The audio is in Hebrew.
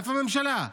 איפה הממשלה?